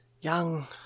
young